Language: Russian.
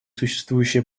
существующее